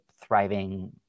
thriving